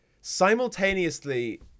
simultaneously